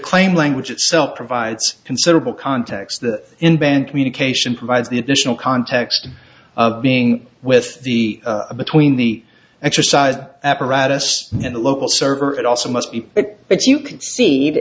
claim language itself provides considerable context the in band communication provides the additional context of being with the between the exercise apparatus and the local server it also must be but if you can see